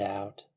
out